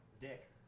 dick